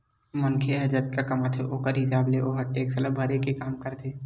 मनखे ह जतका कमाथे ओखर हिसाब ले ओहा टेक्स ल भरे के काम करथे